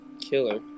killer